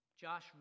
Josh